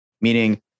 meaning